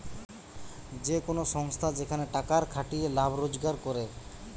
যে কোন সংস্থা যেখানে টাকার খাটিয়ে লাভ রোজগার করে